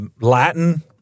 Latin